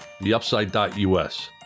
theupside.us